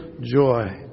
joy